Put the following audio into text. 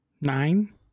Nine